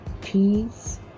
peace